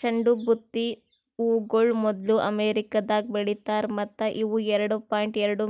ಚಂಡು ಬುತ್ತಿ ಹೂಗೊಳ್ ಮೊದ್ಲು ಅಮೆರಿಕದಾಗ್ ಬೆಳಿತಾರ್ ಮತ್ತ ಇವು ಎರಡು ಪಾಯಿಂಟ್ ಎರಡು